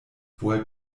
woher